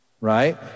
Right